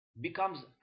becomes